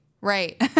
right